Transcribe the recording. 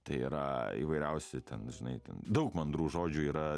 tai yra įvairiausi ten žinai ten daug mandrų žodžių yra